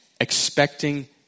expecting